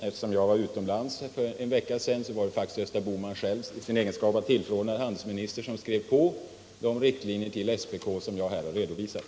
Eftersom jag var utomlands för en vecka sedan, var det faktiskt Gösta Bohman själv i sin egenskap av tillförordnad handelsminister som skrev under de riktlinjer till SPK som jag här har redovisat.